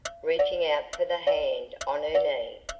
reaching out for the hand on her knee.